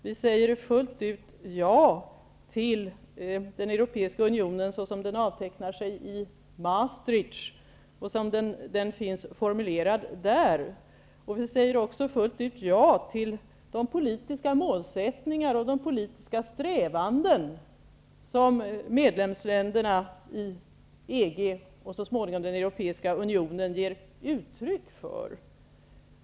Vi säger fullt ut ja till den europeiska unionen såsom den avtecknar sig i Maastrichtöverenskommelsen och såsom den är formulerad där. Vi säger också fullt ut ja till de politiska målsättningar och strävanden som medlemsländerna i EG och så småningom den europeiska unionen ger uttryck för.